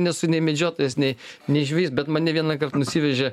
nesu nei medžiotojas nei nei žvejys bet mane vienąkart nusivežė